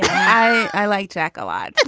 i liked jack a lot.